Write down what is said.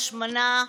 השמנה,